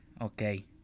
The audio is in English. Okay